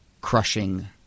crushing